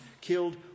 Killed